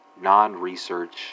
non-research